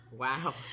Wow